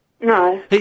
No